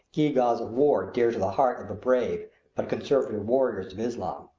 gewgaws of war dear to the heart of the brave but conservative warriors of islam.